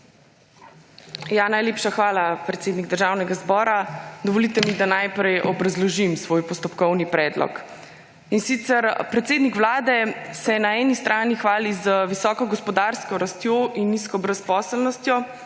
Najlepša hvala, predsednik Državnega zbora. Dovolite mi, da najprej obrazložim svoj postopkovni predlog. Predsednik Vlade se na eni strani hvali z visoko gospodarsko rastjo in nizko brezposelnostjo,